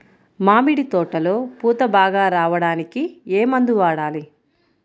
మామిడి తోటలో పూత బాగా రావడానికి ఏ మందు వాడాలి?